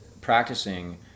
practicing